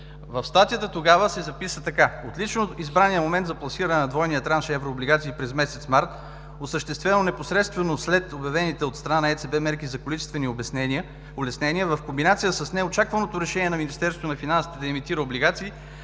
В статията тогава беше записано така: